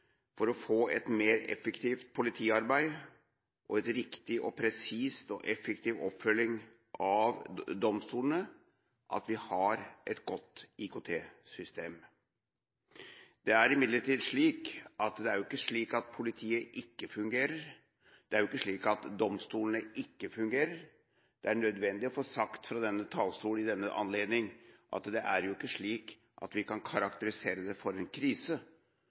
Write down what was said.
for å få et mer effektivt politiarbeid og en riktig og presis og effektiv oppfølging av domstolene at vi har et godt IKT-system. Det er imidlertid ikke slik at politiet ikke fungerer, det er ikke slik at domstolene ikke fungerer. Det er nødvendig å få sagt fra denne talerstolen i denne anledning at det er ikke slik at vi kan karakterisere det som en krise,